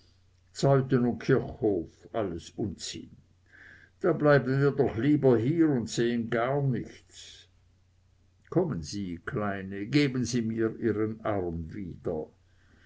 alles unsinn da bleiben wir doch lieber hier und sehen gar nichts kommen sie kleine geben sie mir ihren arm wieder